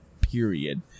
period